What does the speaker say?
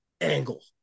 Angle